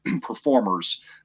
performers